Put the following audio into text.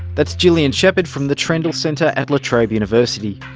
that's gillian shepherd from the trendall centre at la trobe university.